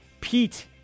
Pete